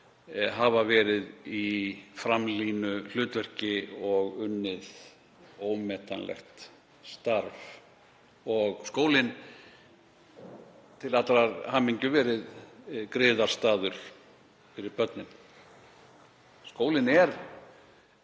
hafa verið í framlínuhlutverki og unnið ómetanlegt starf og skólinn verið, til allrar hamingju, griðastaður fyrir börnin. Skólinn er